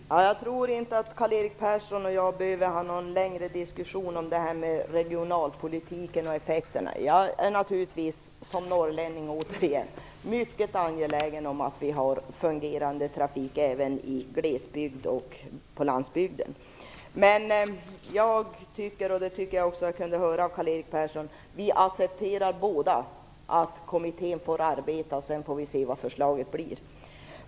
Fru talman! Jag tror inte att Karl-Erik Persson och jag behöver föra någon längre diskussion om regionalpolitiken och effekterna. Som norrlänning är jag naturligtvis mycket angelägen om att vi har en fungerande trafik även i glesbygden och på landsbygden. Jag tycker att både Karl-Erik Persson och jag skall acceptera att kommittén får arbeta. Sedan får vi se hur förslaget blir.